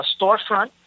storefront